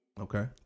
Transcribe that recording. Okay